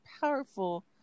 powerful